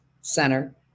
center